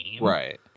Right